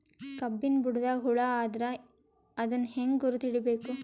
ಕಬ್ಬಿನ್ ಬುಡದಾಗ ಹುಳ ಆದರ ಅದನ್ ಹೆಂಗ್ ಗುರುತ ಹಿಡಿಬೇಕ?